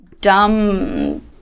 dumb